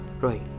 Roy